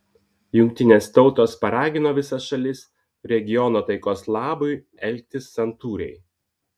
jungtinės tautos paragino visas šalis regiono taikos labui elgtis santūriai